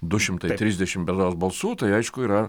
du šimtai trisdešim berods balsų tai aišku yra